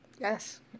Yes